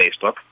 Facebook